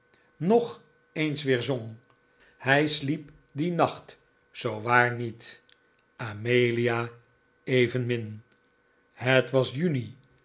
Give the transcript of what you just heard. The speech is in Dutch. nog eens weer zong hij sliep dien nacht zoowaar niet amelia evenmin het was juni